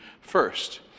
first